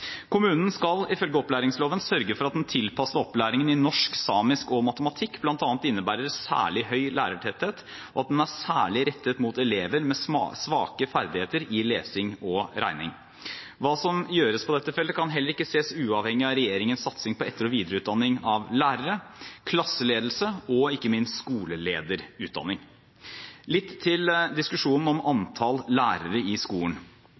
Kommunen skal, ifølge opplæringsloven, sørge for at den tilpassede opplæringen i norsk, samisk og matematikk bl.a. innebærer særlig høy lærertetthet, og at den er særlig rettet mot elever med svake ferdigheter i lesing og regning. Hva som gjøres på dette feltet, kan heller ikke ses uavhengig av regjeringens satsing på etter- og videreutdanning av lærere, klasseledelse og ikke minst skolelederutdanning. Litt til diskusjonen om antall lærere i skolen: